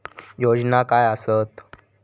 योजना काय आसत?